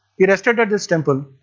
he rested at this temple.